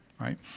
right